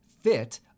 fit